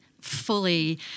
fully—